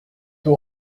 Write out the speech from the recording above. aux